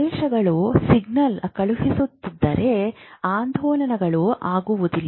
ಪ್ರದೇಶಗಳು ಸಿಗ್ನಲಿಂಗ್ ಕಳುಹಿಸುತ್ತಿದ್ದರೆ ಆಂದೋಲನಗಳು ಆಗುವುದಿಲ್ಲ